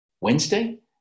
Wednesday